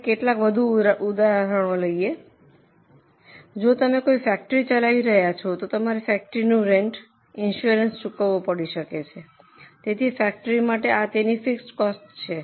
હવે કેટલાક વધુ ઉદાહરણો છે જો તમે કોઈ ફેક્ટરી ચલાવી રહ્યા છો તો તમારે ફેક્ટરીનું રેન્ટ અને ઈન્સુરન્સ ચૂકવવો પડી શકે છે તેથી ફેક્ટરી માટે આ તેની ફિક્સડ કોસ્ટ છે